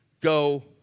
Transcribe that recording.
go